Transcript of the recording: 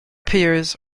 pears